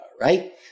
right